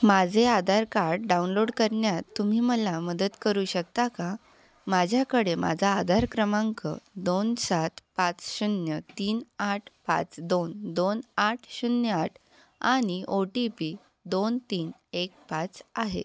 माझे Aadhaar card download करण्यात तुम्ही मला मदत करू शकता का माझ्याकडे माझा आधार क्रमांक दोन सात पाच शून्य तीन आठ पाच दोन दोन आठ शून्य आठ आणि ओ टी पी दोन तीन एक पाच आहे